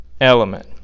element